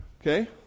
Okay